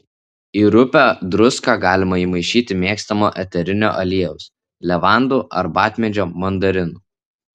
į rupią druską galima įmaišyti mėgstamo eterinio aliejaus levandų arbatmedžio mandarinų